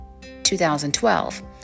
2012